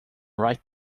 right